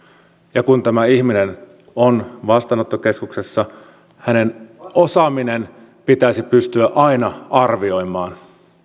ja kun tämä ihminen on vastaanottokeskuksessa hänen osaamisensa pitäisi pystyä aina arvioimaan